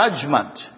judgment